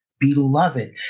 beloved